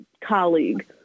colleague